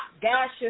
gashes